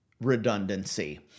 redundancy